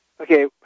Okay